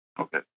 Okay